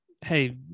hey